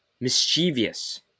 Mischievous